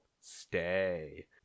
stay